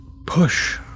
push